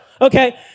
Okay